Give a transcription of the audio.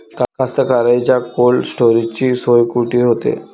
कास्तकाराइच्या कोल्ड स्टोरेजची सोय कुटी होते?